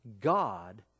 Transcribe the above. God